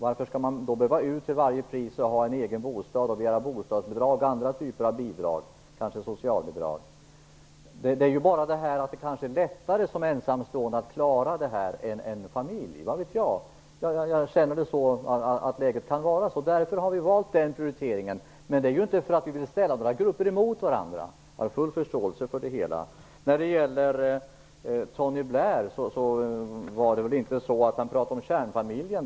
Varför skall man då behöva flytta ut till varje pris, ha en egen bostad och begära bostadsbidrag och andra typer av bidrag, kanske socialbidrag? Det är kanske lättare som ensamstående att klara detta än en familj. Vad vet jag. Jag känner det som att läget kan vara så. Därför har vi valt den prioriteringen. Men det är inte för att vi vill ställa några grupper emot varandra. Jag har full förståelse för det hela. När det gäller Tony Blair talade han inte om kärnfamiljen.